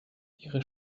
ihre